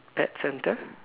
pet centre